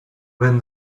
when